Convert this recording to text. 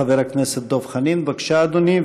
חבר הכנסת דב חנין, בבקשה, אדוני.